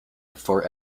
before